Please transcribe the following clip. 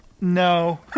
No